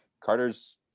Carter's